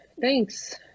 thanks